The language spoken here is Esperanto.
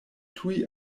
tuj